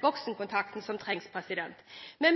voksenkontakten som trengs. Men